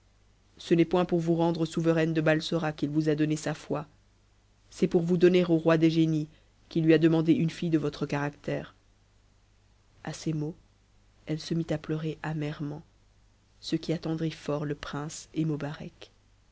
ce n'est point pour vous rendre souveraine de balsora qu'il vous donné sa foi c'est pour vous donner au roi des génies qui lui a demande un fille de votre caractère a a ces mots elle se mit à pleurer amèrement ce qui attendrit fort le prince et